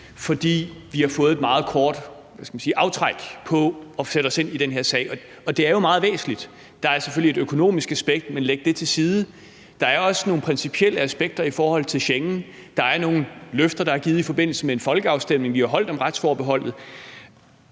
fordi vi har fået et meget kort, hvad skal man sige, aftræk til at sætte os ind i den her sag, og det er jo meget væsentligt. Der er selvfølgelig et økonomisk aspekt, men læg det til side. Der er også nogle principielle aspekter i forhold til Schengen. Der er nogle løfter, der er givet i forbindelse med en folkeafstemning, vi har holdt, om retsforbeholdet.